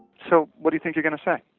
so what do you think you're going to say?